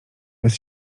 bez